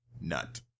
nut